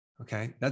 okay